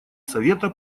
совета